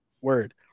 word